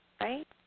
right